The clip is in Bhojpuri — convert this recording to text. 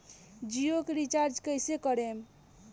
जियो के रीचार्ज कैसे करेम?